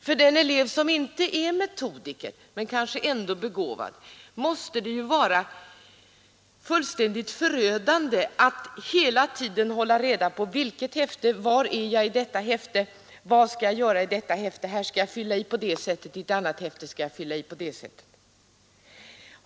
För den elev som inte är metodiker men som kanske ändå är begåvad måste det vara fullständigt förödande att hela tiden hålla reda på ”vilket häfte gäller det nu, var är jag i detta häfte, vad skall jag göra i detta häfte, här skall jag fylla i på det sättet, i ett annat häfte skall jag fylla i på det sättet”.